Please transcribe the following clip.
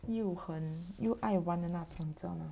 又很又爱玩的那种这样